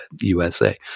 USA